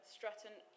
Stratton